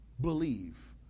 believe